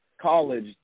college